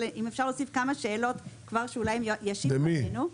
אבל אם אפשר להוסיף כמה שאלות שאולי הם ישיבו לנו,